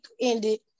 ended